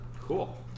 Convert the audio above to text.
Cool